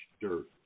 dirt